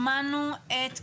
שמענו את כולם,